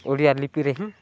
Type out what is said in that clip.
ଓଡ଼ିଆ ଲିପିରେ ହିଁ